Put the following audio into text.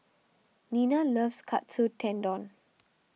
Nena loves Katsu Tendon